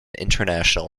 international